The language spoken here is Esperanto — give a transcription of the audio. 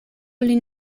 lin